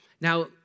Now